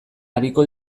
ariko